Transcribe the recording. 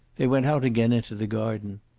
they went out again into the garden.